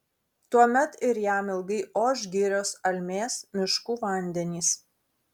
tuomet ir jam ilgai oš girios almės miškų vandenys